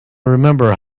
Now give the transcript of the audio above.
remember